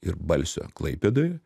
ir balsio klaipėdoj